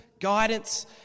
guidance